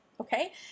okay